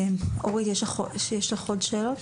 אורית, יש לך עוד שאלות?